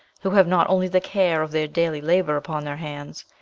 who have not only the care of their daily labour upon their hands,